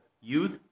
youth